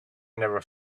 never